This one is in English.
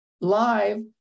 live